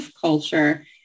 culture